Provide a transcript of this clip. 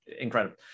incredible